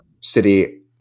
City